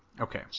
Okay